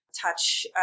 Touch